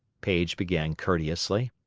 paige began courteously,